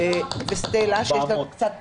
וסטלה שיש לה קצת פחות,